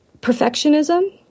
perfectionism